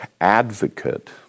advocate